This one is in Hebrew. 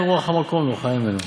אין רוח המקום נוחה הימנו.